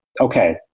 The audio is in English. okay